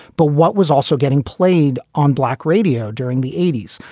but what was also getting played on black radio during the eighty s.